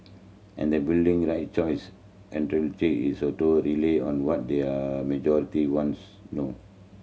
and they building right choice is a totally on what the majority wants no